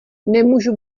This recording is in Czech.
nemůžu